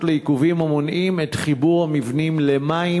לעיכובים המונעים את חיבור המבנים למים,